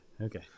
Okay